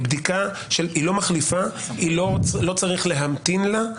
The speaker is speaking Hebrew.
לא צריך להמתין לה.